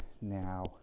now